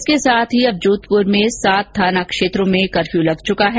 इसके साथ ही अब जोधपुर में सात थाना क्षेत्रों में कफ्यू लग चुका है